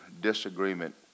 disagreement